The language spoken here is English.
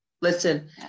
Listen